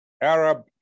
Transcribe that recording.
Arab